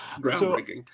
groundbreaking